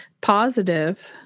positive